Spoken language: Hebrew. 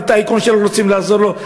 זה טייקון שאנחנו רוצים לעזור לו.